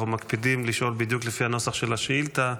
אנחנו מקפידים לשאול בדיוק לפי הנוסח של השאילתה,